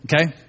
Okay